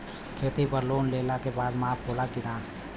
खेती पर लोन लेला के बाद माफ़ होला की ना?